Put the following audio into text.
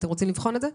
אתם רוצים לבחון את זה?